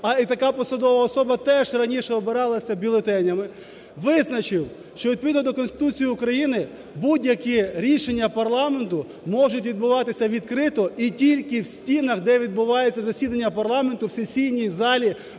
- і така посадова особа теж раніше обиралася бюлетенями, - визначив, що відповідно до Конституції України будь-які рішення парламенту можуть відбуватися відкрито і тільки в стінах, де відбувається засідання парламенту: в сесійній залі